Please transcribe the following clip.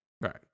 Right